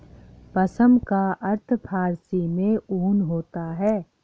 पश्म का अर्थ फारसी में ऊन होता है